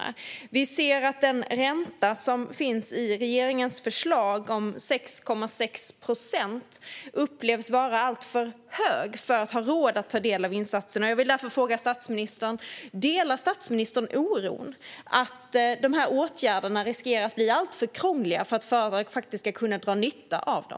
Vi hör också att den ränta på 6,6 procent som finns i regeringens förslag upplevs vara alltför hög för att man ska ha råd att ta del av insatserna. Jag vill därför fråga om statsministern delar oron att dessa åtgärder riskerar att bli alltför krångliga för att företagare ska kunna dra nytta av dem.